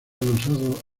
adosado